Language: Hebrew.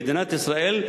מדינת ישראל,